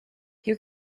you